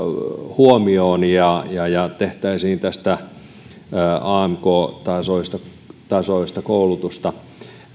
huomioon ja ja tehtäisiin tästä amk tasoista tasoista koulutusta